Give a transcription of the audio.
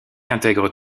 intègre